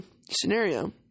scenario